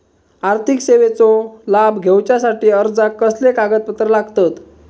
आर्थिक सेवेचो लाभ घेवच्यासाठी अर्जाक कसले कागदपत्र लागतत?